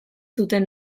zuten